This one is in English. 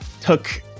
took